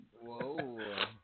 Whoa